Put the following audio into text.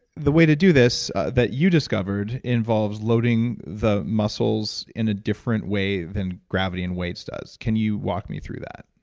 the way to do this that you discovered involves loading the muscles in a different way than gravity and weights does. can you walk me through that?